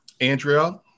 Andrea